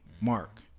mark